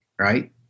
right